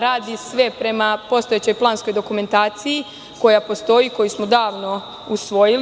Radi sve prema postojećoj planskoj dokumentaciji, koja postoji, koju smo davno usvojili.